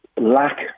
lack